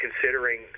considering